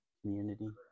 community